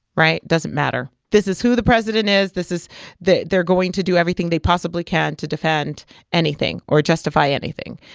right? doesn't matter this is who the president is. this is they're going to do everything they possibly can to defend anything or justify anything.